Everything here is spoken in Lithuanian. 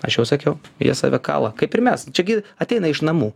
aš jau sakiau jie save kala kaip ir mes čia gi ateina iš namų